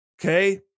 Okay